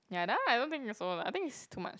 ya that one I don't think also lah I think it's too much